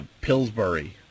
Pillsbury